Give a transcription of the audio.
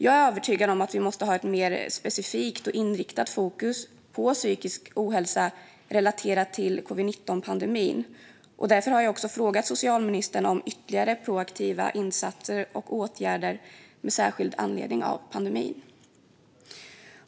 Jag är övertygad om att vi måste ha ett mer specifikt och inriktat fokus på psykisk ohälsa relaterat till covid-19-pandemin, och därför har jag också frågat socialministern om ytterligare proaktiva insatser och åtgärder med särskild anledning av pandemin.